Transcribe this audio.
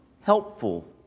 helpful